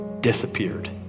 disappeared